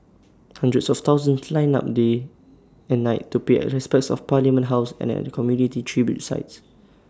hundreds of thousands lined up day and night to pay respects at parliament house and at community tribute sites